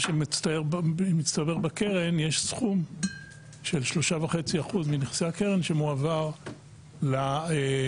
שמצטבר בקרן יש סכום של 3.5% מנכסי הקרן שמועבר לתקציב